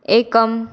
एकम्